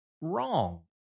wrong